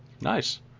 nice